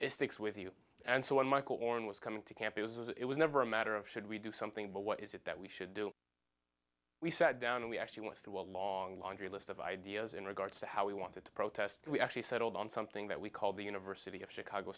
is sticks with you and so when michael oren was coming to camp it was it was never a matter of should we do something but what is it that we should do we sat down and we actually want to a long laundry list of ideas in regards to how we wanted to protest we actually settled on something that we called the university of chicago